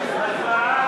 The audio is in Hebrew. גברתי